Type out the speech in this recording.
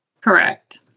Correct